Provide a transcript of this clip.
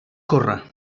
córrer